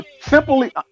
simply